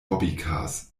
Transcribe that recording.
bobbycars